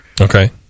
Okay